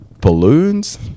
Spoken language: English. balloons